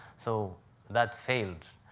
so that failed.